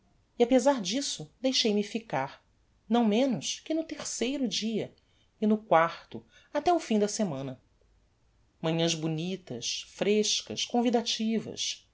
e apezar disso deixei-me ficar não menos que no terceiro dia e no quarto até o fim da semana manhãs bonitas frescas convidativas